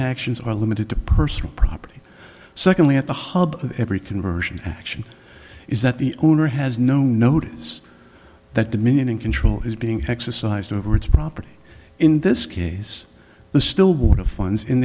actions are limited to personal property secondly at the hub of every conversion action is that the owner has no notice that dominion and control is being hexa sized over its property in this case the still one of funds in